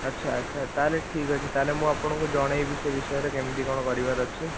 ଆଚ୍ଛା ଆଚ୍ଛା ତା'ହେଲେ ଠିକ୍ ଅଛି ତା'ହେଲେ ମୁଁ ଆପଣଙ୍କୁ ଜଣାଇବି ସେ ବିଷୟରେ କେମିତି କ'ଣ କରିବାର ଅଛି